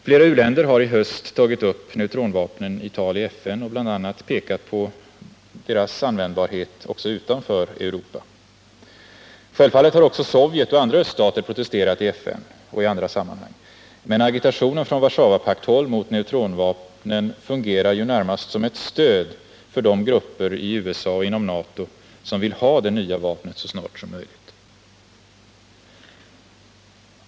Flera u-länder har i höst tagit upp neutronvapnen i tal i FN och bl.a. pekat på deras användbarhet också utanför Europa. Självfallet har också Sovjet och andra öststater protesterat i FN och i andra sammanhang. Men agitationen från Warszawapaktshåll mot neutronvapnen fungerar ju närmast som ett stöd för de grupper i USA och inom NATO som vill ha det nya vapnet så snart som möjligt.